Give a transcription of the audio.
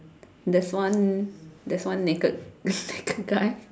there's one there's one naked naked guy